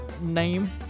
name